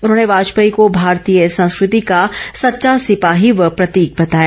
उन्होंने वाजपेयी को भारतीय संस्कृति का सच्चा सिपाही व प्रतीक बताया